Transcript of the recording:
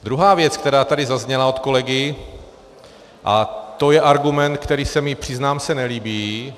Druhá věc, která tady zazněla od kolegy, a to je argument, který se mi, přiznám se, nelíbí.